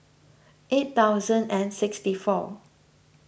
eight thousand and sixty four